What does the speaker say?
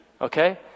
Okay